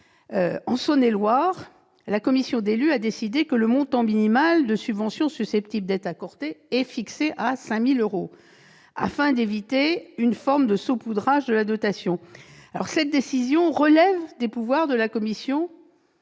En Saône-et-Loire, la commission d'élus a décidé que le montant minimal de subvention susceptible d'être accordé était fixé à 5 000 euros, afin d'éviter une forme de « saupoudrage » de la dotation. Cette décision relève des pouvoirs de la commission